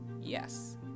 yes